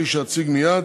כפי שאציג מייד,